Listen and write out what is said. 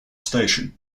station